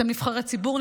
אתם נבחרי ציבור,